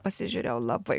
pasižiūrėjau labai